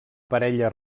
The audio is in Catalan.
parella